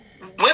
women